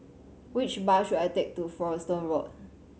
which bus should I take to Folkestone Road